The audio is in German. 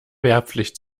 wehrpflicht